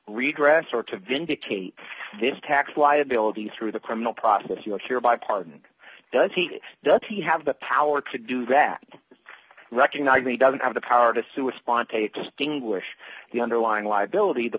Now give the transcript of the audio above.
redress or to vindicate this cack liability through the criminal process you are here by pardon does he does he have the power to do that is recognized he doesn't have the power to sue a spontaneous distinguish the underlying liability the